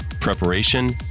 preparation